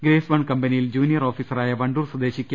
grace one കമ്പനിയിൽ junior ഓഫീസറായ വണ്ടൂർ സ്വദേശി കെ